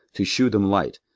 to shew them light,